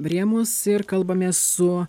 rėmus ir kalbamės su